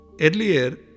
Earlier